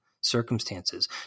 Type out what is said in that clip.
circumstances